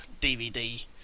DVD